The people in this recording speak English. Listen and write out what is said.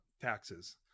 taxes